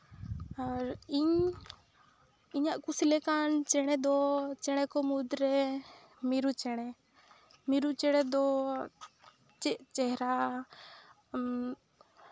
ᱟᱨ ᱤᱧ ᱤᱧᱟᱹᱜ ᱠᱩᱥᱤ ᱞᱮᱠᱟᱱ ᱪᱮᱬᱮ ᱫᱚ ᱪᱮᱬᱮ ᱠᱚ ᱢᱩᱫᱽᱨᱮ ᱢᱤᱨᱩ ᱪᱮᱬᱮ ᱢᱤᱨᱩ ᱪᱮᱬᱮ ᱫᱚ ᱪᱮᱫ ᱪᱮᱦᱨᱟ